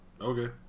Okay